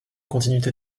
continuité